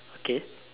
okay